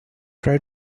try